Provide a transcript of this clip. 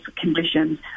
conditions